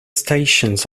stations